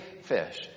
fish